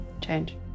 change